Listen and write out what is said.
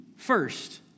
First